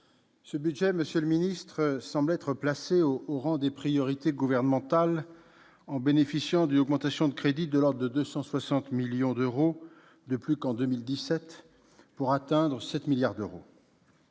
ce budget semble être placé au rang des priorités gouvernementales en bénéficiant d'une augmentation de crédits de l'ordre de 260 millions par rapport à 2017, pour atteindre 7 milliards d'euros.